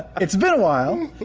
it's been a while